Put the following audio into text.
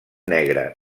negre